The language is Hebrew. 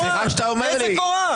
איזה קורה?